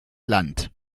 land